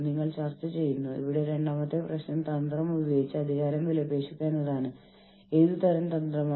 ഓർഗനൈസേഷന്റെ രൂപകൽപ്പനയുടെ ഭാഗമായി നമ്മൾ അവരെ എത്രമാത്രം അംഗീകരിക്കുന്നു എന്നാണ് ഞാൻ അർത്ഥമാക്കുന്നത്